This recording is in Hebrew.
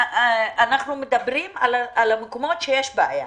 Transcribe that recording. אנחנו מדברים על המקומות שיש בהם בעיה,